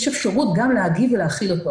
יש אפשרות גם להגיב ולהכיל אותו.